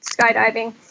skydiving